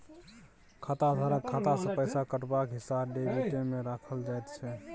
खाताधारकक खाता सँ पैसा कटबाक हिसाब डेबिटमे राखल जाइत छै